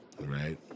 Right